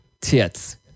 Tits